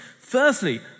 Firstly